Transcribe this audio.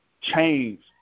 change